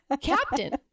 Captain